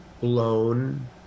blown